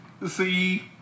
See